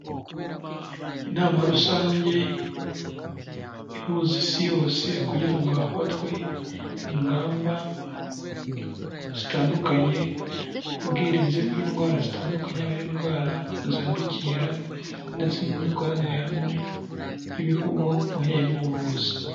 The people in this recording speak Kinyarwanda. Inama rusange ihuza isi yose kugira ngo hafatwe ingamba zitandukanye, ku bwirinzi bw'indwara zitandukanye yaba ari indwara zadukira ndetse n'imikoranire hamwe y'ibihugu mu bijyanye n'ubuvuzi.